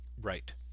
Right